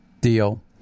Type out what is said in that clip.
deal